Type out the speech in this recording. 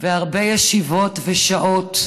והרבה ישיבות ושעות,